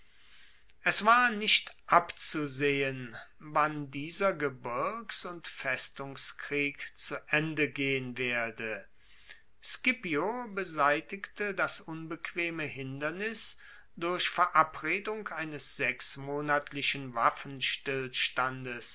es war nicht abzusehen wann dieser gebirgs und festungskrieg zu ende gehen werde scipio beseitigte das unbequeme hindernis durch verabredung eines sechsmonatlichen waffenstillstandes